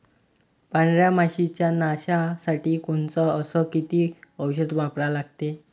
पांढऱ्या माशी च्या नाशा साठी कोनचं अस किती औषध वापरा लागते?